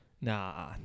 Nah